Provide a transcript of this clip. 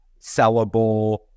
sellable